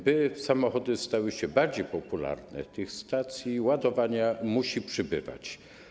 By samochody stały się bardziej popularne, tych stacji ładowania musi przybywać.